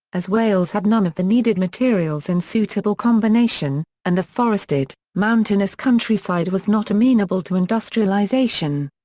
as wales had none of the needed materials in suitable combination, and the forested, mountainous countryside was not amenable to industrialisation.